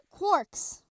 quarks